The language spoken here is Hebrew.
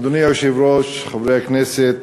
אדוני היושב-ראש, חברי הכנסת,